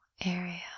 area